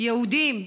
יהודים,